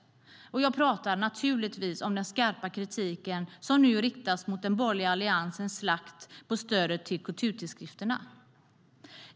Jag pratar naturligtvis om den skarpa kritiken som nu riktas mot den borgerliga alliansens slakt på stödet till kulturtidskrifterna.